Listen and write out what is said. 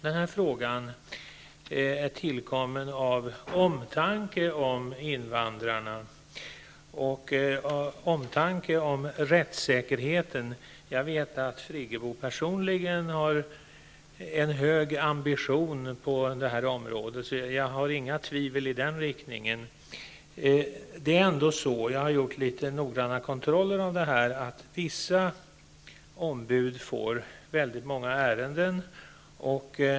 Denna fråga är tillkommen av omtanke om invandrarna och omtanke om rättssäkerheten. Jag vet att Birgit Friggebo personligen har en hög ambition på området. Jag har inga tvivel i den riktningen. Jag har gjort noggranna kontroller med anledning av denna fråga. Vissa ombud får många ärenden.